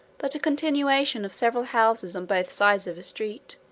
but a continuation of several houses on both sides of a street,